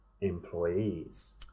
employees